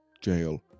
jail